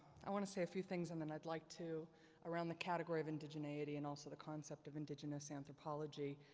want to say a few things and then i'd like to around the category of indigeneity and also the concept of indigenous anthropology.